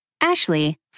Ashley